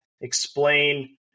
explain